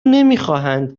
نمیخواهند